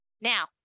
now